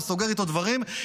או סוגר איתו דברים,